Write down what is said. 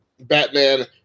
Batman